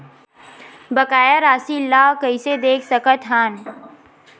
बकाया राशि ला कइसे देख सकत हान?